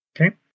Okay